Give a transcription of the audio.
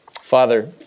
Father